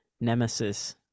nemesis